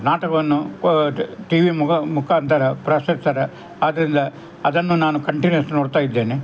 ನಾಟಕವನ್ನು T V ಮುಖ ಮುಖಾಂತರ ಪ್ರಸರಿಸ್ತಾರೆ ಆದ್ದರಿಂದ ಅದನ್ನು ನಾನು ಕಂಟಿನ್ಯೂಯಸ್ ನೋಡುತ್ತಾಯಿದ್ದೇನೆ